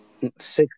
six